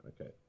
okay